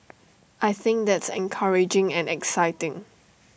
I think that's encouraging and exciting